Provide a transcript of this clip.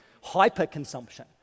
hyper-consumption